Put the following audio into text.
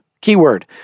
keyword